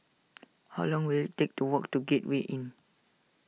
how long will it take to walk to Gateway Inn